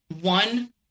one